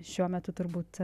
šiuo metu turbūt